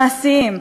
מעשיים,